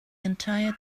entire